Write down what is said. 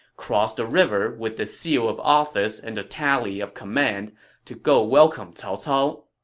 crossed the river with the seal of office and the tally of command to go welcome cao cao.